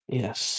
yes